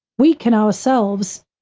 we can, ourselves,